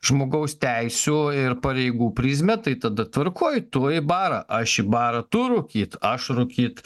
žmogaus teisių ir pareigų prizmę tai tada tvarkoj tu į barą aš į barą tu rūkyt aš rūkyt